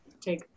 take